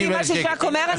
50,000 שקל.